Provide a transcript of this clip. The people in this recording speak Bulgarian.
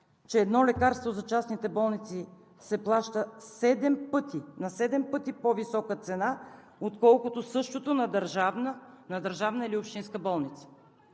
че едно лекарство за частните болници се плаща на седем пъти по-висока цена, отколкото същата на държавна или общинска болница?